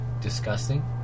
disgusting